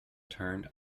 turned